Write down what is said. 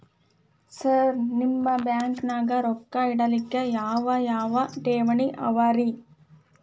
Sir ನಿಮ್ಮ ಬ್ಯಾಂಕನಾಗ ರೊಕ್ಕ ಇಡಲಿಕ್ಕೆ ಯಾವ್ ಯಾವ್ ಠೇವಣಿ ಅವ ರಿ?